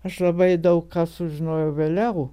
aš labai daug ką sužinojau vėliau